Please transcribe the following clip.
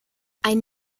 ein